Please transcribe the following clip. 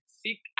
seek